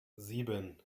sieben